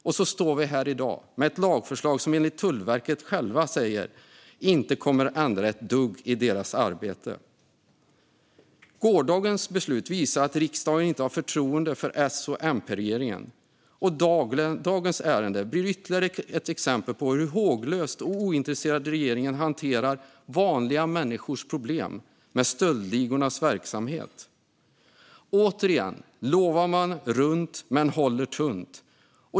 Och så står vi här i dag med ett lagförslag som enligt Tullverket självt inte kommer att ändra ett dugg i deras arbete. Gårdagens beslut visar att riksdagen inte har förtroende för S-MP-regeringen. Dagens ärende blir ytterligare ett exempel på hur håglöst och ointresserat regeringen hanterar vanliga människors problem med stöldligornas verksamhet. Återigen lovar man runt men håller tunt.